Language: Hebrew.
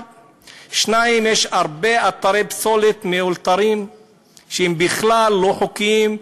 1. 2. יש הרבה אתרי פסולת מאולתרים שהם בכלל לא חוקיים,